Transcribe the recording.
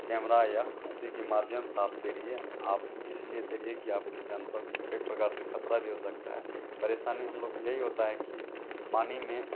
camera या नदी के माध्यम से आप तैरिए आप इसलिए तैरिए की आपकी जान पर कई प्रकार से ख़तरे भी हो सकते हैं परेशानी हम लोग को यही होती है कि पानी में